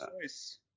choice